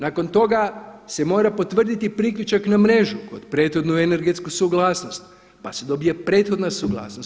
Nakon toga se mora potvrditi priključak na mrežu kod prethodnu energetsku suglasnost, pa se dobije prethodna suglasnost.